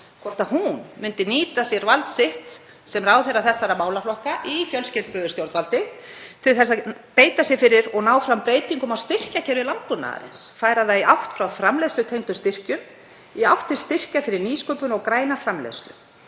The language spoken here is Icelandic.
hvort hún myndi nýta sér vald sitt sem ráðherra þessara málaflokka í fjölskipuðu stjórnvaldi til að beita sér fyrir og ná fram breytingum á styrkjakerfi landbúnaðarins, færa það í átt frá framleiðslutengdum styrkjum í átt til styrkja fyrir nýsköpun og græna framleiðslu.